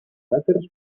cràters